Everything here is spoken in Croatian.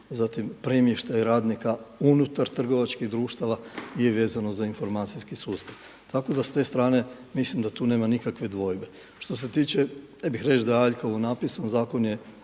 Zatim premještaj radnika unutar trgovačkih društava je vezano za informacijski sustav. Tako da s te strane mislim da tu nema nikakve dvojbe. Što se tiče, ne mogu reći da je aljkavo napisan. Zakon je